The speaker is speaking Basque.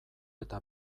eta